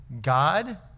God